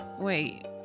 wait